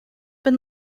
been